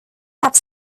have